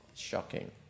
shocking